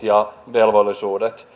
ja velvollisuuksista